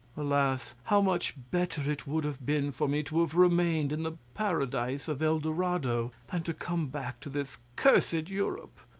alas! how much better it would have been for me to have remained in the paradise of el dorado than to come back to this cursed europe!